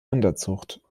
rinderzucht